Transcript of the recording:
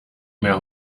mehr